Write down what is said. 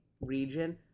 region